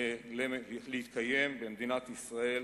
להתקיים במדינת ישראל